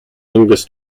english